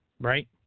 right